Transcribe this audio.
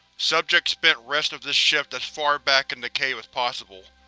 subject spent rest of this shift as far back in the cave as possible.